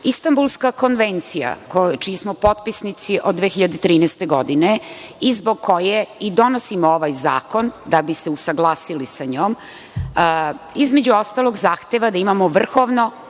objasnim. Istanbulska konvencija, čiji smo potpisnici od 2013. godine i zbog koje i donosimo ovaj zakon, da bi se usaglasili sa njom, između ostalog zahteva da imamo vrhovno